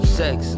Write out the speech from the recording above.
sex